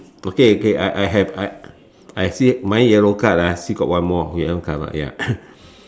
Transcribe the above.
okay okay I I have I I say mine yellow card ah still got one more we haven't cover ya